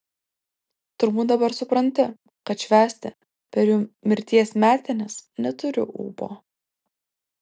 turbūt dabar supranti kad švęsti per jų mirties metines neturiu ūpo